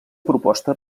proposta